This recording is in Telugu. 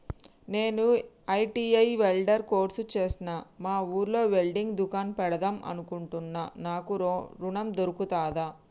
నేను ఐ.టి.ఐ వెల్డర్ కోర్సు చేశ్న మా ఊర్లో వెల్డింగ్ దుకాన్ పెడదాం అనుకుంటున్నా నాకు ఋణం దొర్కుతదా?